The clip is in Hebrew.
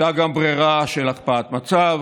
הייתה גם ברירה של הקפאת מצב,